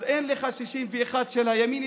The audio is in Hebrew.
אז אין לך 61 של הימין,